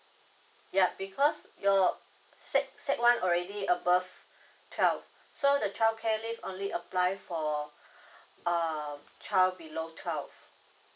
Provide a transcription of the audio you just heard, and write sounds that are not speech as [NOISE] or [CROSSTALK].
ya because you're sec sec one already above twelve so the childcare leave only apply for [BREATH] err child below twelve